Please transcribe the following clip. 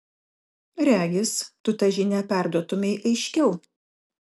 regis tu tą žinią perduotumei aiškiau